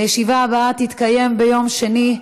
הישיבה הבאה תתקיים ביום שני,